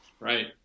right